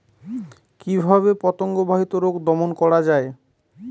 কিভাবে পতঙ্গ বাহিত রোগ দমন করা যায়?